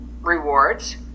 rewards